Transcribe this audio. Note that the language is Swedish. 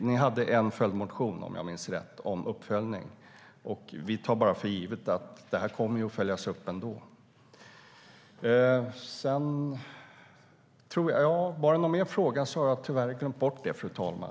Ni hade en följdmotion, om jag minns rätt, om uppföljning. Vi tar för givet att frågan kommer att följas upp ändå. Jag har tyvärr glömt bort om det var någon mer fråga, fru talman.